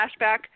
flashback